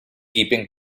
keeping